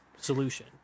solution